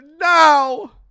now